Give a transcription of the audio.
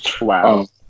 Wow